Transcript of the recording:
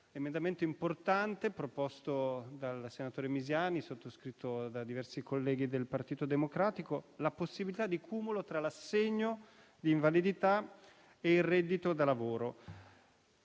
emendamento importante, proposto dal senatore Misiani e sottoscritto da diversi colleghi del Partito Democratico, che prevede la possibilità di cumulo tra l'assegno di invalidità e il reddito da lavoro.